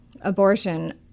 abortion